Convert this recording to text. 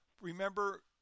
remember